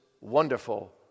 wonderful